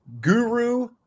Guru